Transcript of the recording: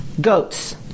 goats